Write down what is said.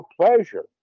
pleasure